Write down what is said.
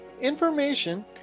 information